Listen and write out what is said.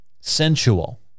sensual